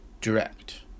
direct